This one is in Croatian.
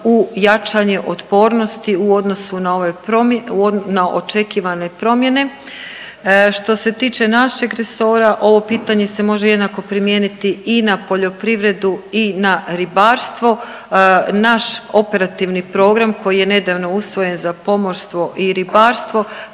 u jačanju otpornosti u odnosu na ove na očekivane promjene. Što se tiče našeg resora ovo pitanje se može jenako primijeniti i na poljoprivredu i na ribarstvo. Naš operativni program koji je nedavno usvojen za pomorstvo i ribarstvo